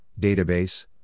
database